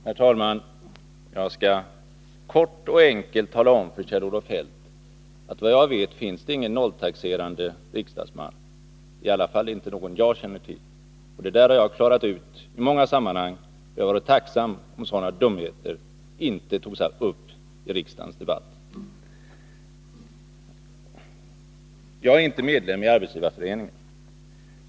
Herr talman! Jag skall kort och enkelt tala om för Kjell-Olof Feldt, att det finns ingen nolltaxerande riksdagsman, i alla fall inte någon som jag känner till. Jag har klarat ut det där i många sammanhang, och jag vore tacksam om sådana dumheter som dessa inte togs upp i riksdagens debatt. Jag är inte medlem i Arbetsgivareföreningen.